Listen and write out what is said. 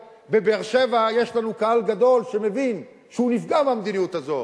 בבאר-שבע יש לנו קהל גדול שמבין שהוא נפגע מהמדיניות הזאת.